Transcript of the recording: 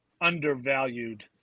undervalued